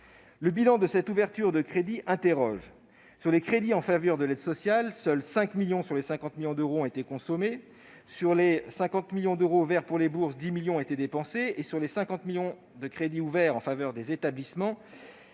Le bilan de cette ouverture de crédits pose question. Sur les crédits en faveur de l'aide sociale, seuls 5 millions sur les 50 millions d'euros ont été consommés. Sur les 50 millions d'euros ouverts pour les bourses, 10 millions ont été dépensés. Enfin, sur les 50 millions d'euros de crédits ouverts en faveur des établissements,